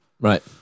Right